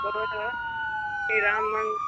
श्री राम मन